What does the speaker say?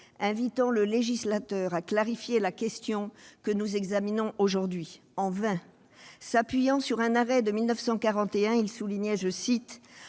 invité le législateur à clarifier la question que nous examinons aujourd'hui. En vain ! S'appuyant sur un arrêt de 1941, il soulignait que,